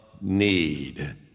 need